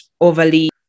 overly